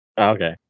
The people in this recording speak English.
Okay